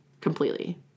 Completely